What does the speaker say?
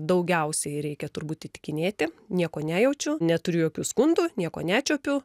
daugiausiai reikia turbūt įtikinėti nieko nejaučiu neturiu jokių skundų nieko nečiuopiu